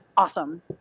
Awesome